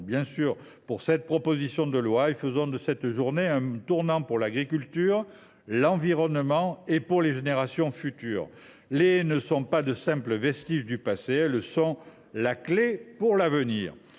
votera pour cette proposition de loi. Faisons de cette journée un tournant pour l’agriculture, l’environnement et les générations futures. Les haies ne sont pas de simples vestiges du passé ; elles sont la clé pour l’avenir